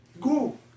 Go